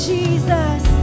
Jesus